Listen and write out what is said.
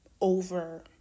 over